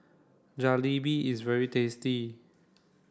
Jalebi is very tasty